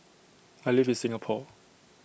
I live in Singapore